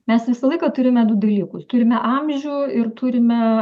mes visą laiką turime du dalykus turime amžių ir turime